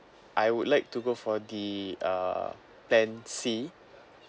I would like to go for the uh plan C